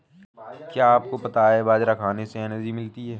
क्या आपको पता है बाजरा खाने से एनर्जी मिलती है?